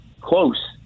close